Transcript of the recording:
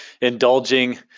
indulging